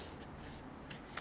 then follow by a cleanser